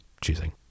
choosing